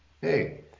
Hey